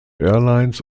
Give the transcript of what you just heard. airlines